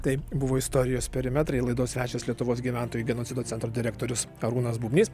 tai buvo istorijos perimetrai laidos svečias lietuvos gyventojų genocido centro direktorius arūnas bubnys